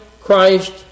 Christ